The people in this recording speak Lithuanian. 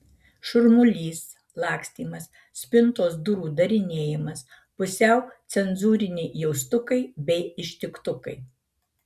šurmulys lakstymas spintos durų darinėjimas pusiau cenzūriniai jaustukai bei ištiktukai